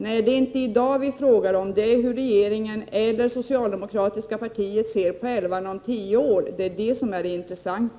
”Nej, det är inte om i dag vi frågar utan hur regeringen eller det socialdemokratiska partiet ser på älvarna om tio år. Det är det som är intressant.